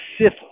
Sith